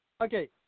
Okay